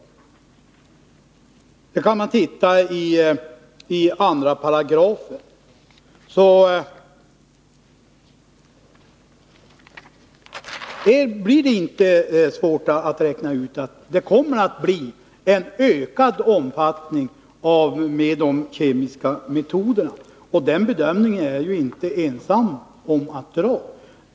Läser man 2 § är det inte svårt att räkna ut att det kommer att bli användning av de kemiska metoderna i ökad omfattning — den slutsatsen är jag inte ensam om att dra.